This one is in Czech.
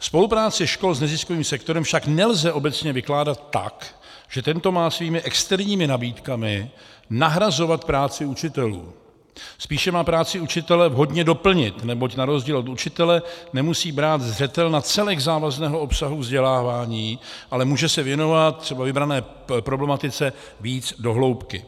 Spolupráci škol s neziskovým prostorem však nelze obecně vykládat tak, že tento má svými externími nabídkami nahrazovat práci učitelů, spíše má práci učitele vhodně doplnit, neboť na rozdíl od učitele nemusí brát zřetel na celek závazného obsahu vzdělávání, ale může se věnovat třeba vybrané problematice více do hloubky.